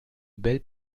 belles